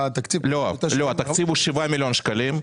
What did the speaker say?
לא, התקציב הוא שבעה מיליון שקלים.